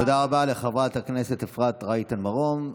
תודה רבה לחברת הכנסת אפרת רייטן מרום.